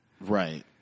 Right